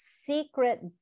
secret